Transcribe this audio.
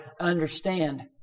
understand